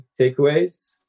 takeaways